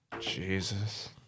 Jesus